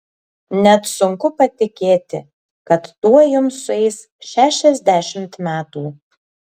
net sunku patikėti kad tuoj jums sueis šešiasdešimt metų